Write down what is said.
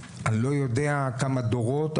אני לא יודע כמה דורות,